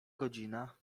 godzina